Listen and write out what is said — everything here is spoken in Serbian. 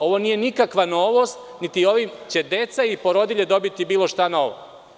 Ovo nije nikakva novost, niti će ovim deca i porodilje dobiti bilo šta novo.